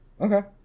Okay